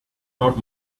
not